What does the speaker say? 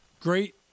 Great